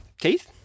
Keith